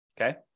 Okay